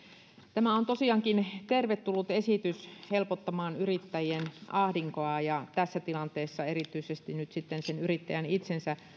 tämä on tosiaankin tervetullut esitys helpottamaan yrittäjien ahdinkoa ja tässä tilanteessa erityisesti yrittäjän itsensä